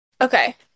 Okay